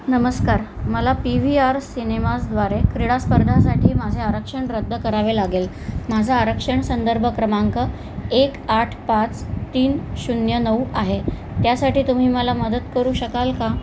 नमस्कार मला पी व्ही आर सिनेमाजद्वारे क्रीडास्पर्धासाठी माझे आरक्षण रद्द करावे लागेल माझा आरक्षण संदर्भ क्रमांक एक आठ पाच तीन शून्य नऊ आहे त्यासाठी तुम्ही मला मदत करू शकाल का